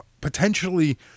potentially